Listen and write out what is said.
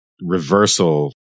reversal